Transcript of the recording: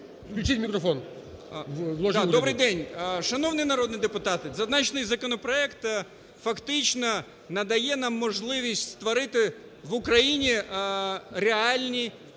Добрий день. Шановні народні депутати, зазначений законопроект фактично надає нам можливість створити в Україні реальні